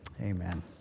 Amen